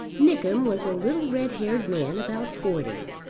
nickem was a little red-haired man about forty,